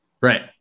Right